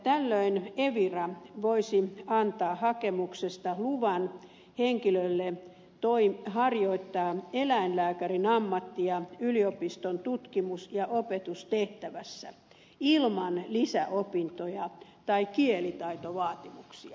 tällöin evira voisi antaa hakemuksesta luvan henkilölle harjoittaa eläinlääkärin ammattia yliopiston tutkimus ja opetustehtävässä ilman lisäopintoja tai kielitaitovaatimuksia